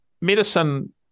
medicine